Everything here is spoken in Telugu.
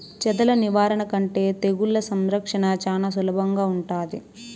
చెదల నివారణ కంటే తెగుళ్ల సంరక్షణ చానా సులభంగా ఉంటాది